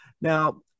Now